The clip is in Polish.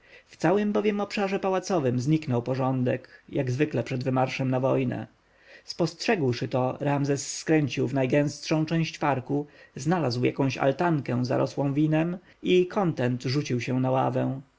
w całym bowiem obszarze pałacowym zniknął porządek jak zwykle przed wymarszem na wojnę spostrzegłszy to ramzes skręcił w najgęstszą część parku znalazł jakąś altankę zarosłą winem i kontent rzucił się na ławę